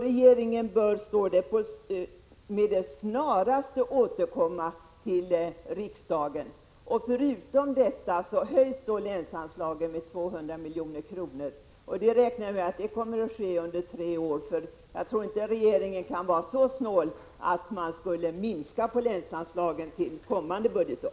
Regeringen bör, står det, med det snaraste återkomma till riksdagen. Dessutom höjs alltså länsanslagen med 200 milj.kr. Vi räknar med att detta kommer att ske under tre år, för jag tror inte att regeringen är så snål att den minskar länsanslagen till kommande budgetår.